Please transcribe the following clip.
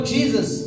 Jesus